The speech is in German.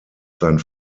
sein